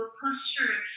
posture